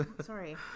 sorry